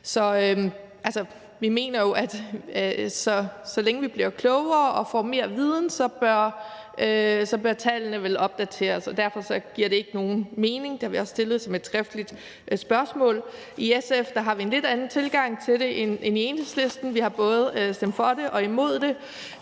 vi mener jo, at så længe vi bliver klogere og får mere viden, bør tallene vel opdateres, og derfor giver det ikke nogen mening. Det har vi også stillet som et skriftligt spørgsmål. I SF har vi en lidt anden tilgang til det end Enhedslisten; vi har både stemt for det og imod det.